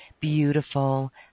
beautiful